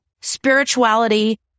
spirituality